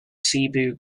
cebu